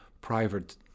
private